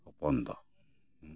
ᱦᱚᱯᱚᱱ ᱫᱚ